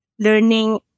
Learning